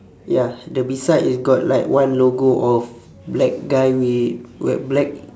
ya the beside is got like one logo of black guy with wear black